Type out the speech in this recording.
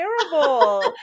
terrible